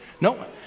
No